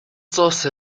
source